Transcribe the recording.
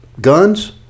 guns